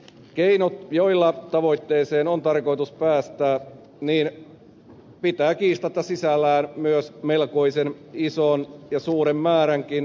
keinot joilla tavoitteeseen on tarkoitus päästä pitävät kiistatta sisällään myös melkoisen suuren määrän riskejä